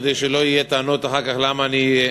כדי שלא יהיו טענות אחר כך למה אני,